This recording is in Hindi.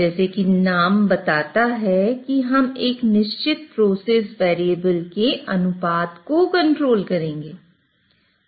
जैसे कि नाम बताता है कि हम एक निश्चित प्रोसेस वेरिएबल के अनुपात को कंट्रोल करेंगे